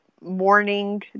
morning